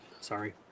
Sorry